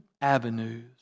avenues